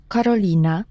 Karolina